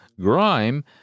grime